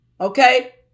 Okay